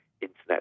internet